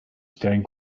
staring